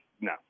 no